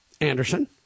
Anderson